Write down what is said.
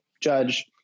judge